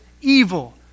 evil